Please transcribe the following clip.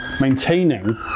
maintaining